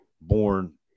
born